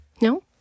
No